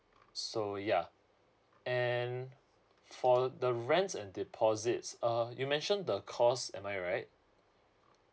so yeah and for the rents and deposits uh you mentioned the cost am I right